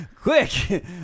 Quick